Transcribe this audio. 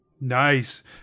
Nice